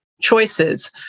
choices